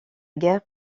guerre